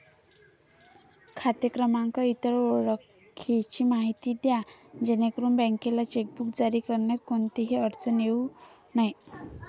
खाते क्रमांक, इतर ओळखीची माहिती द्या जेणेकरून बँकेला चेकबुक जारी करण्यात कोणतीही अडचण येऊ नये